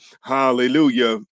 hallelujah